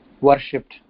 worshipped